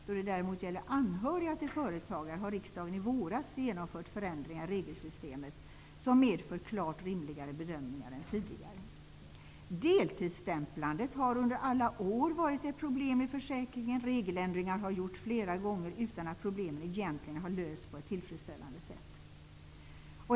Då det däremot gäller anhöriga till företagare genomförde riksdagen i våras förändringar i regelsystemet som medför klart rimligare bedömningar än tidigare. Deltidsstämplandet har under alla år varit ett problem i försäkringen. Regeländringar har gjorts flera gånger utan att problemen egentligen har lösts på ett tillfredsställande sätt.